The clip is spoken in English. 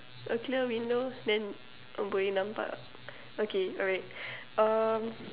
a clear window then lah okay alright um